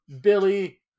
Billy